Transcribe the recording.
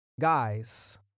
guys